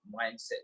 mindset